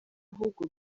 ahubwo